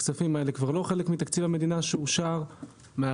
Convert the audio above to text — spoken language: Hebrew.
הכספים האלה כבר לא חלק מתקציב המדינה שאושר מאחר